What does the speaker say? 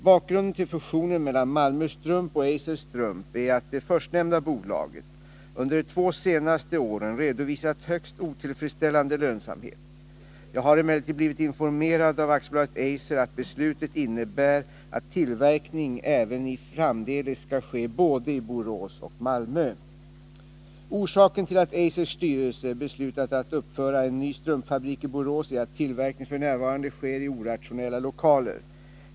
Bakgrunden till fusionen mellan Malmö Strumpfabrik och Eiser Strump är att det förstnämnda bolaget under de två senaste åren redovisat högst otillfredsställande lönsamhet. Jag har emellertid blivit informerad av AB Eiser att beslutet innebär att tillverkningen även framdeles skall ske i både Borås och Malmö. Orsaken till att Eisers styrelse beslutat att uppföra en ny strumpfabrik i Borås är att tillverkningen f. n. sker i orationella lokaler.